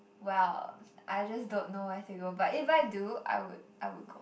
well I just don't know where to go but if I do I would I would go